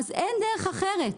אז אין דרך אחרת,